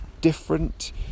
different